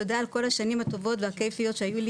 תודה על כל השנים הטובות והכיפיות שהיו לי